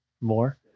more